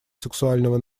сексуального